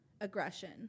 aggression